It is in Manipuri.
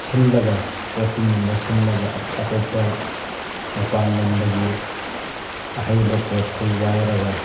ꯁꯤꯜꯂꯒ ꯀꯣꯆꯤꯡꯒꯨꯝꯕ ꯁꯤꯜꯂꯒ ꯑꯇꯣꯞꯄ ꯃꯄꯥꯜꯂꯝꯗꯒꯤ ꯑꯍꯧꯕ ꯀꯣꯆꯈꯣꯏ ꯋꯥꯏꯔꯒ